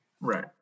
right